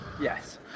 yes